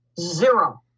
zero